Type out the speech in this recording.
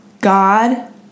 god